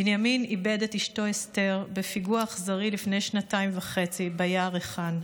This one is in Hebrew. בנימין איבד את אשתו אסתר בפיגוע אכזרי לפני שנתיים וחצי ביער ריחן,